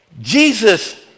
Jesus